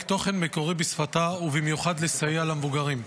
תוכן מקורי בשפתה ובמיוחד לסייע למבוגרים.